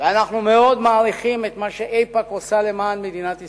ואנחנו מאוד מעריכים את מה שאיפא"ק עושה למען מדינת ישראל,